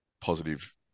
positive